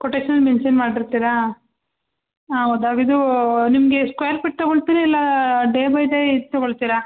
ಕೊಟೇಶನಲ್ mention ಮಾಡಿರ್ತೀರಾ ಹೌದಾ ಇದು ನಿಮಗೆ ಸ್ಕ್ವೇರ್ ಫೀಟ್ ತಗೋಳ್ತೀರಾ ಇಲ್ಲಾ ಡೇ ಬೈ ಡೇ ಇದು ತಗೋಳ್ತೀರಾ